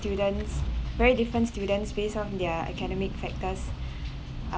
students very different students based off their academic factors